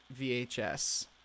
VHS